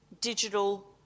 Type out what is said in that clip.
digital